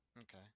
Okay